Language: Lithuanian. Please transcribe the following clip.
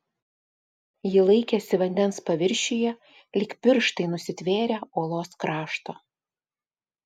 ji laikėsi vandens paviršiuje lyg pirštai nusitvėrę uolos krašto